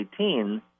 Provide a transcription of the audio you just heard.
2018